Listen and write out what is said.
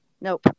Nope